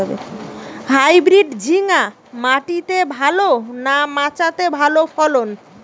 Hybrid ঝিঙ্গা মাটিতে ভালো না মাচাতে ভালো ফলন?